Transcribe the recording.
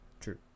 True